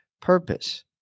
purpose